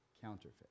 counterfeit